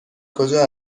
کجا